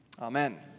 Amen